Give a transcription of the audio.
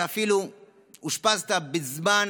אתה אפילו אושפזת בזמן